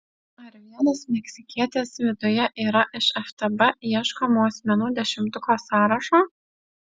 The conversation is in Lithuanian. ar vienas meksikietis viduje yra iš ftb ieškomų asmenų dešimtuko sąrašo